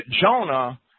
Jonah